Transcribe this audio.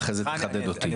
אחרי זה תחדד אותי.